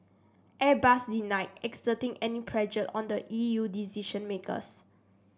airbus denied exerting any pressure on the E U decision makers